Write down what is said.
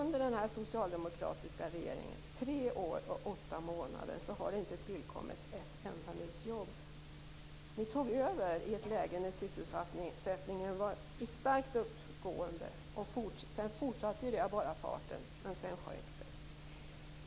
Under den socialdemokratiska regeringens tre år och åtta månader har det inte tillkommit ett enda nytt jobb. Ni tog över i ett läge då sysselsättningen var i starkt uppåtgående. Detta uppåtgående fortsatte sedan av bara farten, men därefter sjönk det.